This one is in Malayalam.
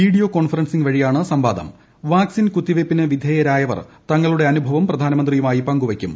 വീഡിയോ കോൺഫറൻസിംഗ് വഴിയാണ് വാക്സിൻ കുത്തിവയ്പ്പിനു വിധേയരായവർ അനുഭവം പ്രധാനമന്ത്രിയുമായി പങ്കുവയ്ക്കും